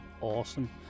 awesome